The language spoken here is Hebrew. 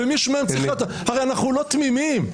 הרי אנחנו לא תמימים.